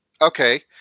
Okay